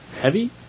Heavy